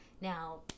Now